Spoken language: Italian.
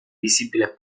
visibile